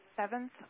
seventh